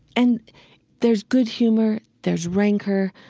and there's good humor, there's rancor,